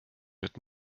wird